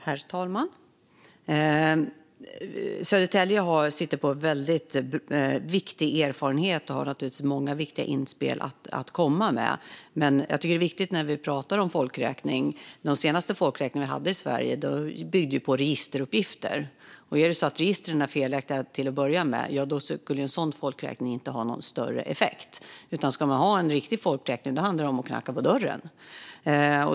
Herr talman! Södertälje sitter på väldigt viktig erfarenhet och har naturligtvis många viktiga inspel att komma med. Men den senaste folkräkning vi hade i Sverige byggde på registeruppgifter. Är det så att registren är felaktiga till att börja med skulle en sådan folkräkning inte ha någon större effekt. Ska man ha en riktig folkräkning handlar det om att knacka på dörren.